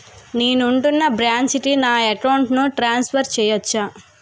నేను ఉంటున్న బ్రాంచికి నా అకౌంట్ ను ట్రాన్సఫర్ చేయవచ్చా?